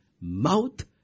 mouth